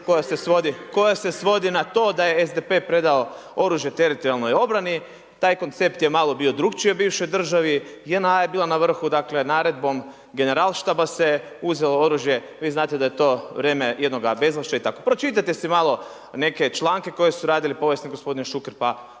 koja se svodi na to da je SDP-e predao oružje Teritorijalnoj obrani. Taj koncept je malo bio drukčiji u bivšoj državi. JNA je bila na vrhu dakle naredbom generalštaba se uzelo oružje. Vi znate da je to vrijeme jednoga bezvlašća itd. Pročitajte si malo neke članke koje su radili povijesni gospodine Šuker,